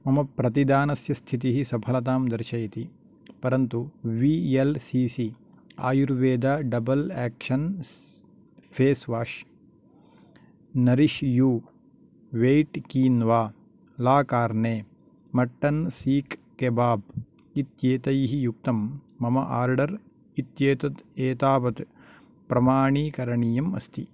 मम प्रतिदानस्य स्थितिः सफलतां दर्शयति परन्तु V L C C Ayurveda double actions face wash nourish you white quinoa la carne mutton seekh kebab इत्येतैः युक्तं मम आर्डर् इत्येतत् एतावत् प्रमाणीकरणीयम् अस्ति